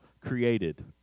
created